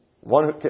One